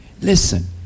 Listen